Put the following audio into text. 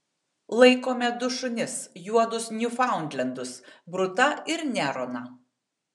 laikome du šunis juodus niufaundlendus brutą ir neroną